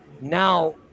now